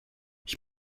ich